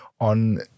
on